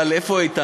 אבל, איפה איתן?